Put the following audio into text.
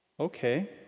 Okay